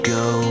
go